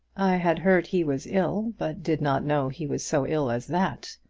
i had heard he was ill but did not know he was so ill as that.